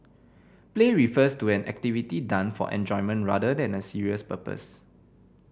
play refers to an activity done for enjoyment rather than a serious purpose